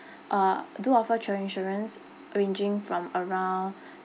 uh do offer travel insurance ranging from around